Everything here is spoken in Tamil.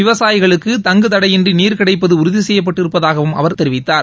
விவசாயிகளுக்கு தங்குதடையின்றி நீர் கிடைப்பது உறுதி செய்யப்பட்டிருப்பதாகவும் அவர் தெரிவித்தார்